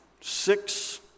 six